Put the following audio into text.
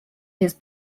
his